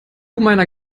meiner